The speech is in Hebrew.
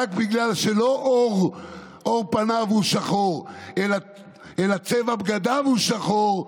שרק בגלל שעור פניו לא שחור אלא צבע בגדיו הוא שחור,